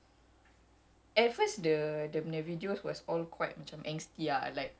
at first the dia punya videos was all quite macam angsty ah like